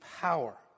power